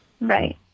Right